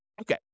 Okay